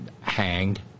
hanged